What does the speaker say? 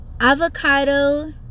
avocado